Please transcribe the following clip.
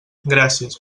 gràcies